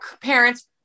parents